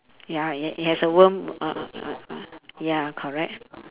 ya it it has a worm uh uh uh uh ya correct